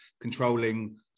controlling